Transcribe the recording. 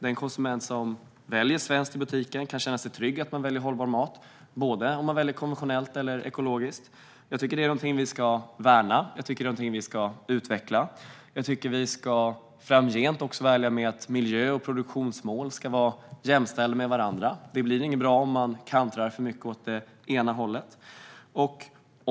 Den konsument som väljer svenskt i butiken kan känna sig trygg med att man väljer hållbar mat, oavsett om man väljer konventionellt eller ekologiskt. Det är något som vi ska värna och utveckla. Jag tycker att vi framgent också ska vara ärliga med att miljö och produktionsmål ska vara jämställda. Det blir inte bra om det kantrar för mycket åt det ena eller det andra hållet.